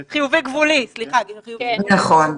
נכון.